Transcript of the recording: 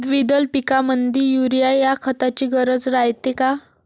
द्विदल पिकामंदी युरीया या खताची गरज रायते का?